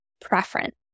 preference